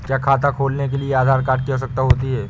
क्या खाता खोलने के लिए आधार कार्ड की आवश्यकता होती है?